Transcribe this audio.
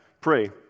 pray